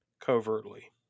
Covertly